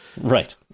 Right